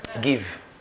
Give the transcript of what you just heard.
Give